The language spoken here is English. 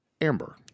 Amber